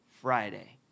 Friday